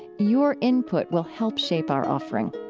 your input will help shape our offering